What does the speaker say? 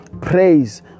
Praise